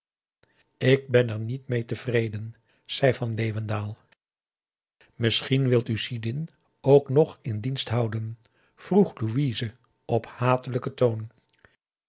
ik ben er niet mee tevreden zei van leeuwendaal misschien wilt u sidin ook nog in dienst houden vroeg louise op hatelijken toon